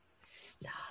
stop